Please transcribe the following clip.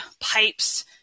pipes